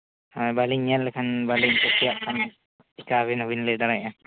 ᱦᱮᱸ ᱵᱟᱹᱞᱤᱧ ᱧᱮᱞ ᱞᱮᱠᱷᱟᱱ ᱵᱟᱹᱞᱤᱧ ᱠᱩᱥᱤᱭᱟᱜ ᱠᱷᱟᱱ ᱪᱤᱠᱟᱵᱤᱱ ᱟᱹᱵᱤᱱ ᱞᱟᱹᱭ ᱫᱟᱲᱮᱭᱟᱜᱼᱟ